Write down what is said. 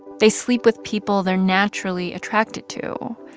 they sleep with people they're naturally attracted to.